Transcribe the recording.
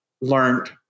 learned